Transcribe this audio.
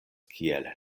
kiel